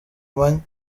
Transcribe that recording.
manywa